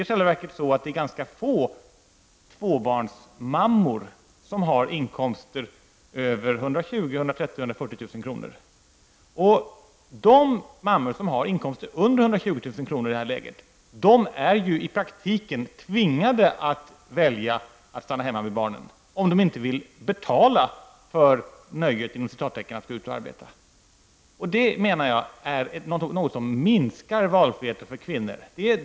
I själva verket är det ganska få tvåbarnsmammor som har inkomster på 120 000--140 000 kr. De mammor som i den här situationen har inkomster på mindre än 120 000 kr. är i praktiken tvingade att välja att stanna hemma med barnen, om de inte vill betala för ''nöjet'' att gå ut och förvärvsarbeta. Det är, menar jag, något som minskar valfriheten.